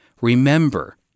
remember